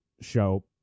Show